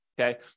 okay